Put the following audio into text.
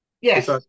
Yes